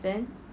then